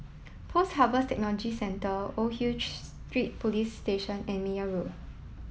Post Harvest Technology Centre Old Hill Street Police Station and Meyer Road